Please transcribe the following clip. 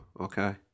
okay